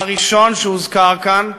הראשון שהוזכר כאן,